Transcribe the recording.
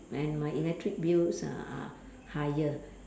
and my electric bills are are higher